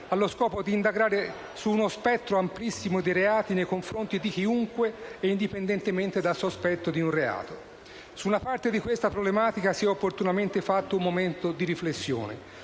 allo scopo di indagare su uno spettro amplissimo di reati nei confronti di chiunque e indipendentemente dal sospetto di un reato. Su una parte di questa problematica si è opportunamente fatto un momento di riflessione.